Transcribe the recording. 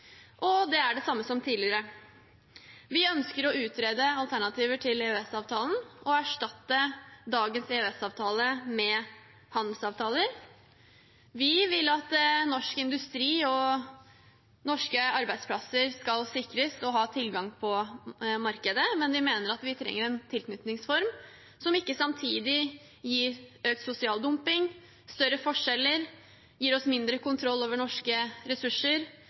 og det er det samme som tidligere. Vi ønsker å utrede alternativer til EØS-avtalen og erstatte dagens EØS-avtale med handelsavtaler. Vi vil at norsk industri og norske arbeidsplasser skal sikres, og ha tilgang på markedet, men vi mener at vi trenger en tilknytningsform som ikke samtidig gir økt sosial dumping, større forskjeller, gir oss mindre kontroll over norske ressurser,